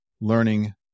learning